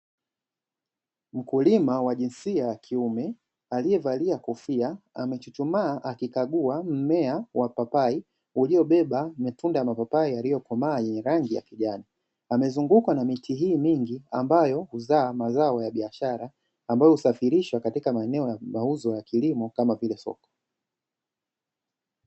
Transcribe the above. Wakulima jinsia ya kiume aliyevalia kofia, amechuchumaa akikagua mmea wa mipapai iliyobeba matunda ya mapapai yaliyokomaa yenye rangi ya kijani. Pamezungukwa na miti hiyo mingi ambayo huzaa mazao ya biashara, ambayo husafirisha katika maeneo ya mauzo ya kilimo kama vile soko.